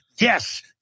Yes